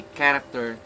character